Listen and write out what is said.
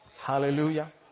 Hallelujah